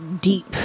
deep